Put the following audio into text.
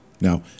Now